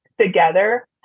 together